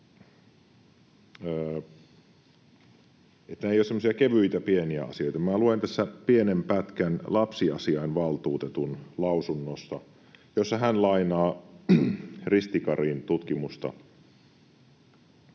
semmoisia kevyitä pieniä asioita. Minä luen tässä pienen pätkän lapsiasiainvaltuutetun lausunnosta, jossa hän lainaa Ristikarin tutkimusta: